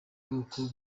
bwoko